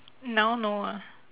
now no ah